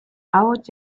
ahots